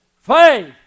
Faith